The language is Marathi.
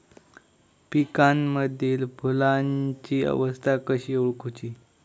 पिकांमदिल फुलांची अवस्था कशी ओळखुची?